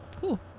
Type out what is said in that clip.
cool